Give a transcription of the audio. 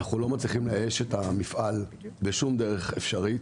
אנחנו לא מצליחים לאייש את המפעל בשום דרך אפשרית.